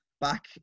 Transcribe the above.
back